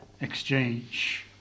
exchange